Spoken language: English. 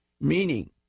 meaning